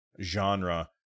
genre